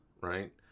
right